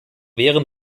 während